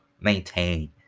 maintain